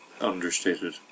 understated